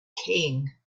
king